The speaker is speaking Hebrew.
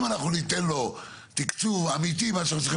אם אנחנו ניתן לו תקצוב אמיתי שאנחנו צריכים